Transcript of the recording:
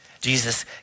Jesus